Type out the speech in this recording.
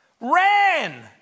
ran